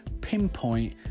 pinpoint